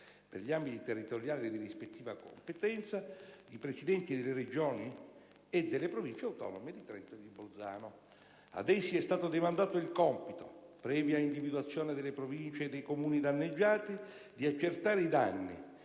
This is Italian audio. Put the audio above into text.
per gli ambiti territoriali di rispettiva competenza, i Presidenti delle Regioni e delle Province autonome di Trento e di Bolzano. Ad essi è stato demandato il compito, previa individuazione delle Province e dei Comuni danneggiati, di accertare i danni,